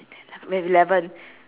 mine also